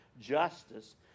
justice